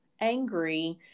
angry